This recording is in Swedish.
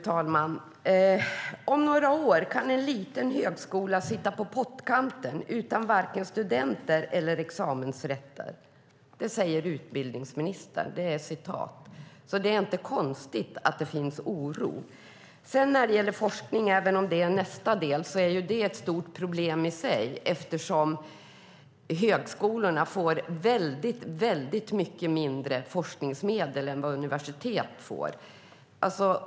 Fru talman! Om några år kan en liten högskola sitta på pottkanten utan varken studenter eller examensrätter. Det säger utbildningsministern. Det är alltså inte konstigt att det finns oro. När det gäller forskning - jag nämner det även om det hör till nästa del - är det ett stort problem i sig, eftersom högskolorna får mycket mindre forskningsmedel än vad universitet får.